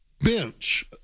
Bench